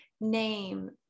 name